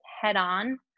head-on